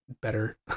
better